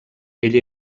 ell